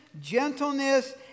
gentleness